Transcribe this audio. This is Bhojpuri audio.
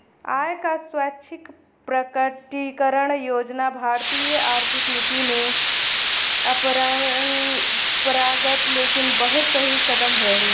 आय क स्वैच्छिक प्रकटीकरण योजना भारतीय आर्थिक नीति में अपरंपरागत लेकिन बहुत सही कदम रहे